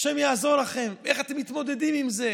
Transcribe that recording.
ה' יעזור לכם, איך אתם מתמודדים עם זה?